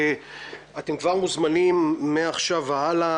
אתם כבר מוזמנים מעכשיו והלאה,